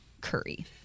curry